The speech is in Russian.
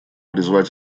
призвать